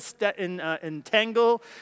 entangle